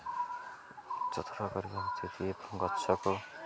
ଉଚ୍ଚତର କରିବା ଉଚିତ୍ ଗଛକୁ